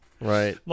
Right